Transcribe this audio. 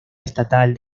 estatal